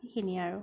সেইখিনিয়ে আৰু